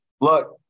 Look